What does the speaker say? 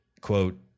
quote